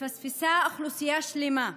התפספסה אוכלוסייה שלמה,